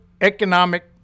Economic